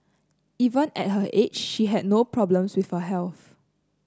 even at her age she had no problems with her health